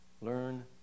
learn